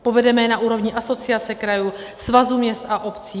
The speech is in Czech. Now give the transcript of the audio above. Povedeme je na úrovni Asociace krajů, Svazu měst a obcí.